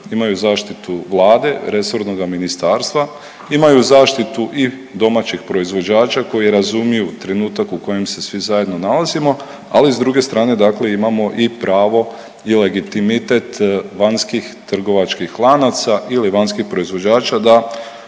imaju zaštitu Vlade, resornoga ministarstva, imaju zaštitu i domaćih proizvođača koji razumiju trenutak u kojem se svi zajedno nalazimo, ali s druge strane dakle imamo i pravo i legitimitet vanjskih trgovačkih lanaca ili vanjskih proizvođača da podižu